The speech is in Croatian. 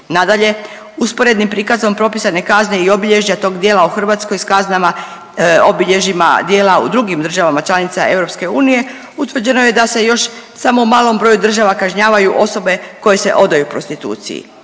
Nadalje, usporednim prikazom propisane kazne i obilježja tog djela u Hrvatskoj s kaznama obilježjima dijela u drugim državama članica EU utvrđeno je da se još u samo malom broju država kažnjavaju osobe koje se odaju prostituciji.